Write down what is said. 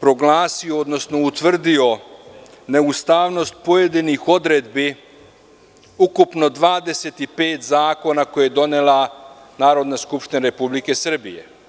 proglasio, odnosno utvrdio neustavnost pojedinih odredbi, ukupno 25 zakona koje je donela Narodna skupština Republike Srbije.